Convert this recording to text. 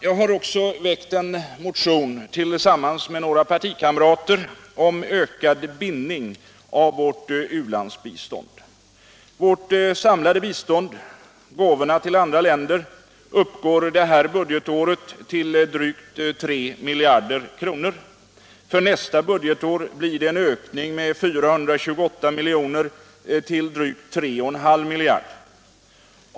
Jag har också väckt en motion tillsammans med några partikamrater om ökad bindning av vårt u-landsbistånd. Vårt samlade bistånd — gåvorna till andra länder — uppgår det här budgetåret till drygt 3 miljarder kronor. För nästa budgetår blir det en ökning med 428 miljoner till drygt 3,5 miljarder.